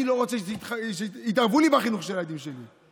ואני לא רוצה שיתערבו לי בחינוך של הילדים שלי.